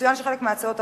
יצוין שחלק מהצעת החוק,